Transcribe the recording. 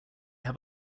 have